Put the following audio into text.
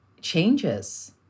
changes